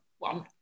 one